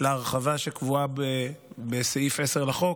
להרחבה שקבועה בסעיף 10 לחוק,